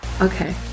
Okay